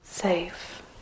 Safe